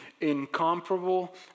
incomparable